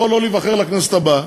הוא יכול שלא להיבחר לכנסת הבאה,